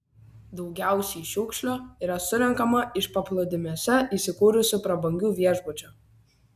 daugiausiai šiukšlių yra surenkama iš paplūdimiuose įsikūrusių prabangių viešbučių